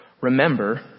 Remember